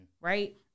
right